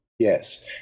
Yes